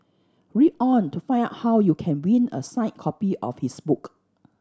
read on to find out how you can win a signed copy of his book